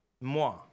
Moi